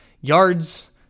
yards